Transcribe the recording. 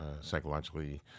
psychologically